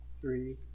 Three